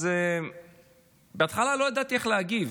אז בהתחלה לא ידעתי איך להגיב.